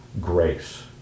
grace